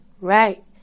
Right